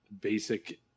basic